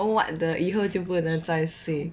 oh what the 以后就不能再睡